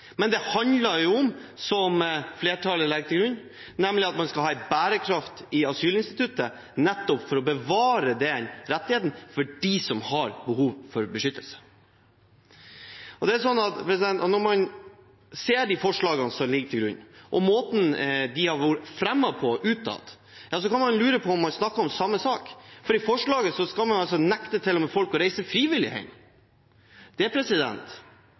Det handler om, som flertallet legger til grunn, at man skal ha bærekraft i asylinstituttet, nettopp for å bevare den rettigheten for dem som har behov for beskyttelse. Når man ser forslagene som ligger til grunn, og måten de har vært fremmet på utad, kan man lure på om man snakker om samme sak, for man skal til og med nekte folk å reise frivillig hjem. Det